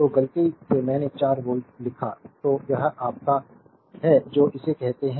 तो गलती से मैंने 4 वोल्ट लिखा तो यह आपका है जो इसे कहते हैं